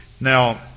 Now